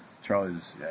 Charlie's